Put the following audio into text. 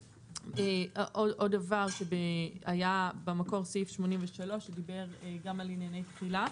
עוד דבר שהיה במקור סעיף 83 שדיבר גם על ענייני תחילה.